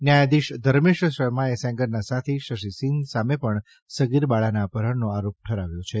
ન્યાયાધીશ ધર્મેશ શર્માએ સેંગરના સાથી શશીસિંઘ સામે પણ સગીર બાળાના અપહરણનો આરોપ ઠરાવ્યો છે